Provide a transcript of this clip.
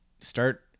start